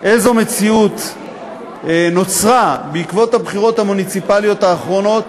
איזו מציאות נוצרה בעקבות הבחירות המוניציפליות האחרונות,